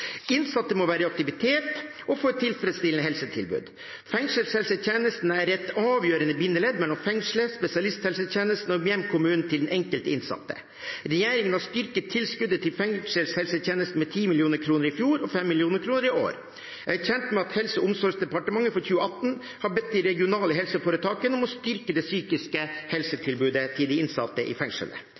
Innsatte må være i aktivitet og få et tilfredsstillende helsetilbud. Fengselshelsetjenesten er et avgjørende bindeledd mellom fengselet, spesialisthelsetjenesten og den enkelte innsattes hjemkommune. Regjeringen har styrket tilskuddet til fengselshelsetjenesten med 10 mill. kr i fjor og 5 mill. kr i år. Jeg er kjent med at Helse- og omsorgsdepartementet for 2018 har bedt de regionale helseforetakene om å styrke det psykiske helsetilbudet til de innsatte i